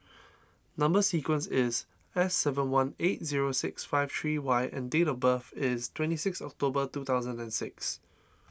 Number Sequence is S seven one eight zero six five three Y and date of birth is twenty six October two thousand and six